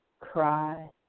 Cry